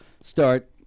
start